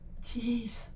Jeez